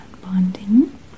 bonding